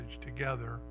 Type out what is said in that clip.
together